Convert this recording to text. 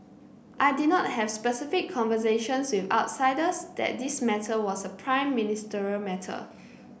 I did not have specific conversations with outsiders that this matter was a Prime Ministerial matter